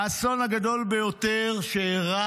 האסון הגדול ביותר שאירע